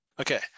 okay